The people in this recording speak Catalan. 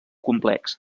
complex